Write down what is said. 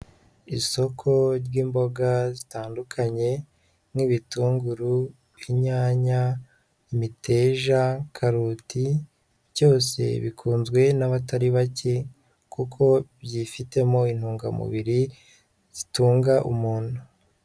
Isoko ry'imboga zitandukanye nk'ibitunguru, inyanya, imiteja, karoti, byose bikunzwe n'abatari bake kuko byifitemo intungamubiri zitunga umuntu.